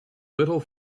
little